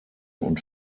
und